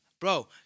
bro